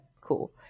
cool